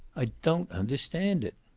i don't understand it.